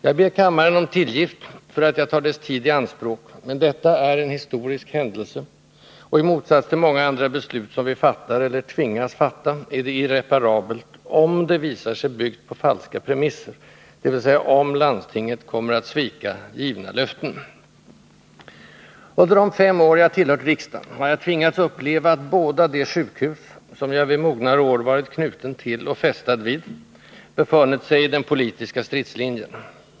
Jag ber kammaren om tillgift för att jag tar dess tid i anspråk, men detta är en historisk händelse, och i motsats till många andra beslut som vi fattar, eller tvingas fatta, är det irreparabelt, om det visar sig byggt på falska premisser, dvs. om landstinget kommer att svika givna löften. Under de fem år jag tillhört riksdagen har jag tvingats uppleva att båda de sjukhus som jag vid mognare år varit knuten till och fästad vid befunnit sig i den politiska stridslinjen.